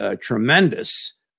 tremendous